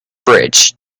bridge